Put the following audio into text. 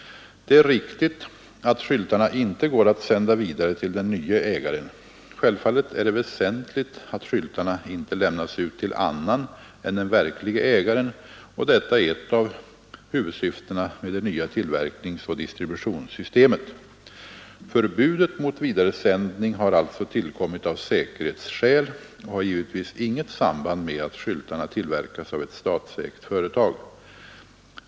Det är riktigt att skyltarna inte går att sända vidare till den nye ägaren. Självfallet är det väsentligt att skyltarna inte lämnas ut till annan än den verklige ägaren och detta är ett av huvudsyftena med det nya tillverkningsoch distributionssystemet. Förbudet mot vidaresändning har alltså tillkommit av säkerhetsskäl och har givetvis inget samband med att skyltarna tillverkas av ett statsägt företag.